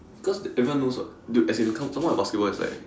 cause everyone knows [what] dude as in some more in basketball it's like